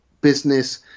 business